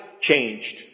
changed